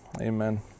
Amen